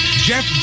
Jeff